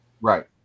Right